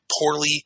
poorly